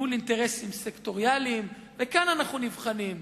מול אינטרסים סקטוריאליים, וכאן אנחנו נבחנים.